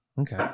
Okay